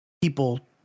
people